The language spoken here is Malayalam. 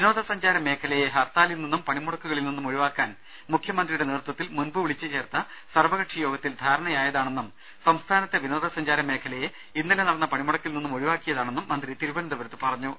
വിനോദസഞ്ചാര മേഖലയെ ഹർത്താലിൽ നിന്നും പണിമുടക്കുകളിൽ നിന്നും ഒഴിവാക്കുവാൻ മുഖ്യമന്ത്രിയുടെ നേതൃത്വത്തിൽ മുൻപ് വിളിച്ചു ചേർത്ത സർവകക്ഷി യോഗത്തിൽ ധാരണയായതാണെന്നും സംസ്ഥാനത്തെ വിനോദസഞ്ചാര മേഖലയെ ഇന്നലെ നടന്ന പണിമുട ക്കിൽ നിന്നും ഒഴിവാക്കിയതാണെന്നും മന്ത്രി തിരുവനന്തപുരത്ത് പറഞ്ഞു